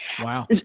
wow